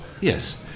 Yes